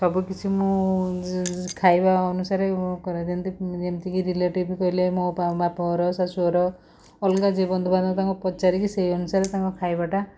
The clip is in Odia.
ସବୁ କିଛି ମୁଁ ଖାଇବା ଅନୁସାରେ କରେ ଯେମିତି ଯେମିତି କି ରିଲେଟିଭ୍ କହିଲେ ମୋ ବାପଘର ଶାଶୂଘର ଅଲଗା ଯିଏ ବନ୍ଧୁବାନ୍ଧବ ତାଙ୍କୁ ପଚାରିକି ସେହି ଅନୁସାରେ ତାଙ୍କ ଖାଇବାଟା